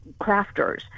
crafters